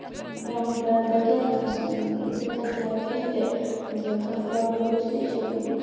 بغٲر کٲنسہِ دِکت یا کیٚنٛہہ تہِ مطلب کانہہ پروبلِم رُستے چھِ